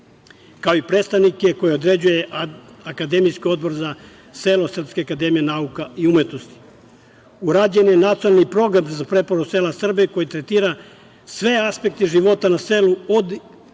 kao i predstavnike koje određuje akademski odbor za selo Srpske akademije nauke i umetnosti. Dalje, urađen je Nacionalni program za preporod sela Srbije, koji tretira sve aspekte života na selu, od